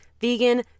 Vegan